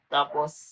Tapos